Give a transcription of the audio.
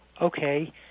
Okay